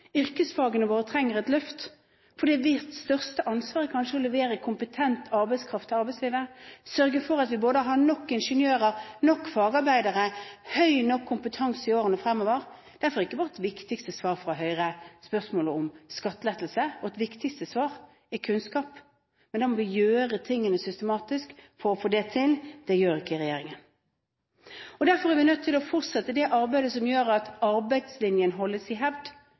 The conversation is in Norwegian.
Yrkesfagene våre trenger et løft, fordi vårt største ansvar er kanskje å levere kompetent arbeidskraft til arbeidslivet, sørge for at vi har både nok ingeniører, nok fagarbeidere og høy nok kompetanse i årene fremover. Derfor er ikke Høyres viktigste svar skattelettelse. Vårt viktigste svar er kunnskap, men da må vi gjøre tingene systematisk for å få det til. Det gjør ikke regjeringen. Derfor er vi nødt til å fortsette det arbeidet som gjør at arbeidslinjen holdes i hevd.